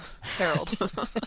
Harold